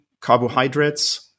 carbohydrates